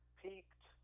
peaked